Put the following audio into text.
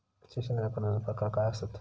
शिक्षणाच्या कर्जाचो प्रकार काय आसत?